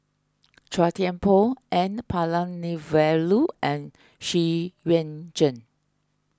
Chua Thian Poh N Palanivelu and Xu Yuan Zhen